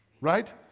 Right